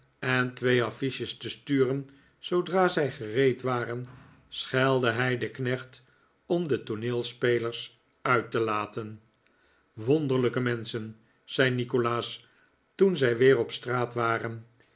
en twee affiches te sturen zoodra zij gereed waren schelde hij den knecht om de tooneelspelers uit te laten wonderlijke menschen zei nikolaas toen zij weer op straat waren